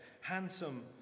handsome